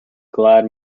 glad